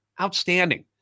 outstanding